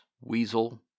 weasel